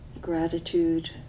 gratitude